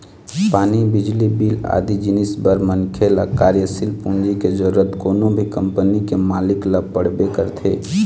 पानी, बिजली बिल आदि जिनिस बर मनखे ल कार्यसील पूंजी के जरुरत कोनो भी कंपनी के मालिक ल पड़बे करथे